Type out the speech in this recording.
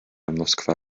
amlosgfa